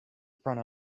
front